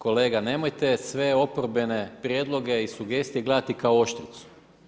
Kolega, nemojte sve oporbene prijedloge i sugestije gledati kao oštricu.